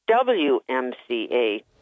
WMCA